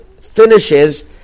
finishes